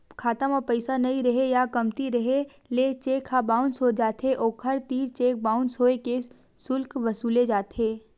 खाता म पइसा नइ रेहे या कमती रेहे ले चेक ह बाउंस हो जाथे, ओखर तीर चेक बाउंस होए के सुल्क वसूले जाथे